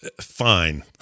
fine